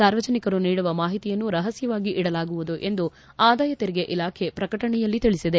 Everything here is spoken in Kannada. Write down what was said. ಸಾರ್ವಜನಿಕರು ನೀಡುವ ಮಾಹಿತಿಯನ್ನು ರಹಸ್ಟವಾಗಿ ಇಡಲಾಗುವುದು ಎಂದು ಆದಾಯ ತೆರಿಗೆ ಇಲಾಖೆ ಪ್ರಕಟಣೆಯಲ್ಲಿ ತಿಳಿಸಿದೆ